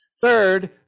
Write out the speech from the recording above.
Third